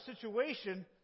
situation